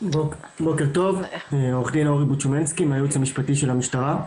עו"ד אורי בוצ'מינסקי מהייעוץ המשפטי של המשטרה.